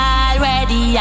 already